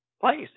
place